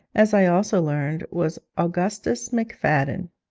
as i also learned, was augustus mcfadden.